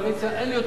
אין לי אותו על הראש.